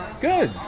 Good